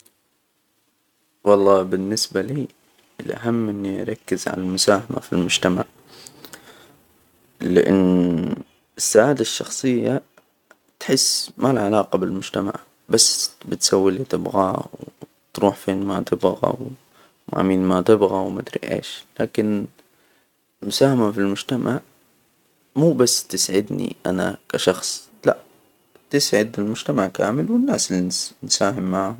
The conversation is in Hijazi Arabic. والله بالنسبة لي الأهم إني أركز على المساهمة في المجتمع، لأن السعادة الشخصية تحس مالها علاقة بالمجتمع، بس بتسوي اللي تبغاه و تروح فين ما تبغى، و مع مين ما تبغى. و مدري إيش. لكن المساهمة في المجتمع مو بس تسعدني أنا كشخص لأ ، تسعد المجتمع كامل، والناس إللي نس- نساهم معاهم.